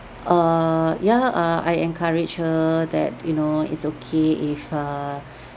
err yeah uh I encouraged her that you know it's okay if err